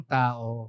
tao